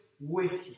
wicked